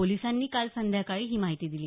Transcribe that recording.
पोलीसांनी काल संध्याकाळी ही माहिती दिली